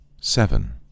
seven